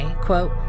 quote